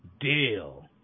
deal